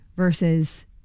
Versus